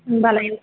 होनब्लालाय